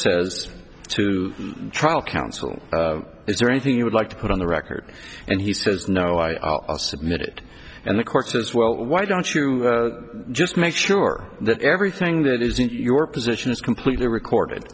says to trial counsel is there anything you would like to put on the record and he says no i'll submit it and the court says well why don't you just make sure that everything that is in your position is completely recorded